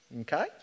Okay